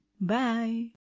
Bye